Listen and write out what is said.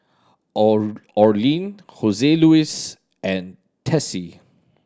Orlin Joseluis and Tessie